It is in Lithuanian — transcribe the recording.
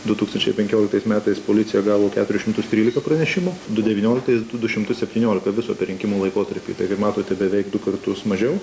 du tūkstančiai penkioliktais metais policija gavo keturis šimtus trylika pranešimų du devynioliktais du šimtus septyniolika viso per rinkimų laikotarpį tai kaip matote beveik du kartus mažiau